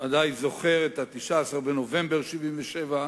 ודאי זוכר את 19 בנובמבר 1977,